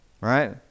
Right